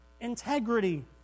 integrity